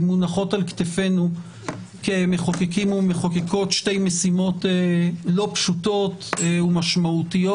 מונחות על כתפנו כמחוקקים ומחוקקות שתי משימות לא פשוטות ומשמעותיות: